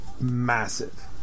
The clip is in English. massive